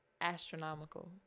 astronomical